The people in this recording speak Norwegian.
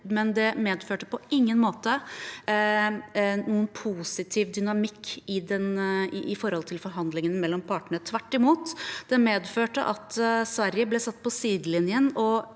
men det medførte på ingen måte noen positiv dynamikk med hensyn til forhandlingene mellom partene – tvert imot. Det medførte at Sverige ble satt på sidelinjen